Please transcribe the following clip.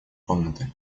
комнаты